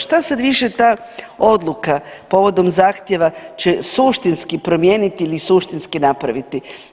Šta sad više ta odluka povodom zahtjeva će suštinski promijeniti ili suštinski napraviti?